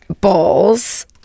balls